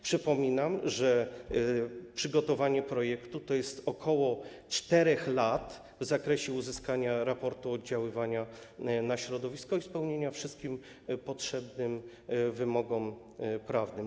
Przypominam, że przygotowanie projektu to ok. 4 lat w zakresie uzyskania raportu o oddziaływaniu na środowisko i spełnienia wszystkich potrzebnych wymogów prawnych.